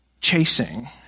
chasing